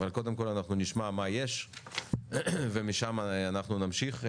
קודם כל אנחנו נשמע מה יש ומשם אנחנו נמשיך.